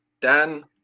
Dan